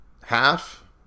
half